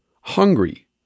hungry